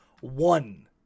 one